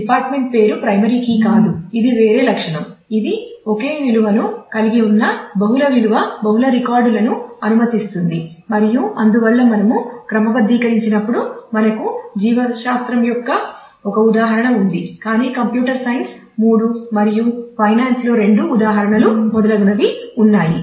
department పేరు primary key కాదు ఇది వేరే లక్షణం ఇది ఒకే విలువను కలిగి ఉన్న బహుళ విలువను అనుమతిస్తుంది మరియు అందువల్ల మనము క్రమబద్ధీకరించినప్పుడు మనకు జీవశాస్త్రం యొక్క ఒక ఉదాహరణ ఉంది కాని కంప్యూటర్ సైన్స్ మూడు మరియు ఫైనాన్స్ లో రెండు ఉదాహరణలు మొదలగునవి ఉన్నాయి